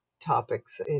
topics